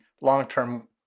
long-term